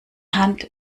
hand